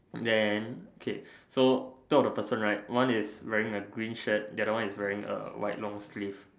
then okay so two of the person right one is wearing a green shirt the other one is wearing a white long sleeve